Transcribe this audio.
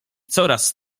coraz